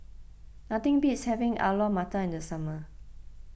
nothing beats having Alu Matar in the summer